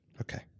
Okay